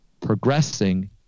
progressing